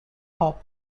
hop